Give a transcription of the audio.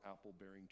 apple-bearing